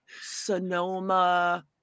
Sonoma